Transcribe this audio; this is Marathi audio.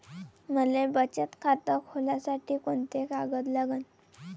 मले बचत खातं खोलासाठी कोंते कागद लागन?